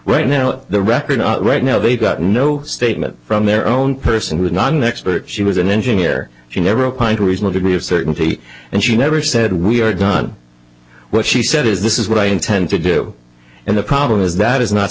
right now the record not right now they got no statement from their own person who is not an expert she was an engineer she never opined to reason the degree of certainty and she never said we're done what she said is this is what i intend to do and the problem is that is not